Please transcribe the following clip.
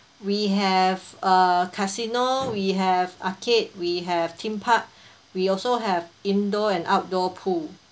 we have uh casino we have arcade we have theme park we also have indoor and outdoor pool